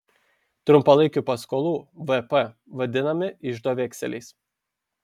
trumpalaikių paskolų vp vadinami iždo vekseliais